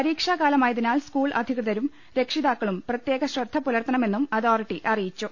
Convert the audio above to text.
പരീക്ഷാ കാലമായതിനാൽ സ്കൂൾ അധികൃതരും രക്ഷിതാക്കളും പ്രത്യേക ശ്രദ്ധ പുലർത്ത ണമെന്നും അതോറിറ്റി അറിയിച്ചു